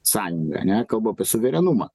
sąjungą ane kalbu apie suverenumą